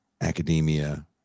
academia